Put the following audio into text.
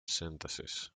synthesis